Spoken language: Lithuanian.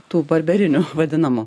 tų barberinių vadinamų